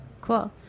Cool